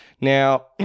Now